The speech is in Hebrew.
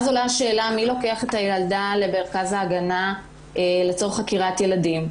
אז עולה השאלה מי לוקח את הילדה למרכז ההגנה לצורך חקירת ילדים.